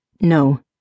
No